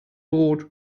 brot